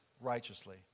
righteously